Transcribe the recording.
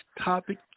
topic